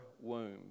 womb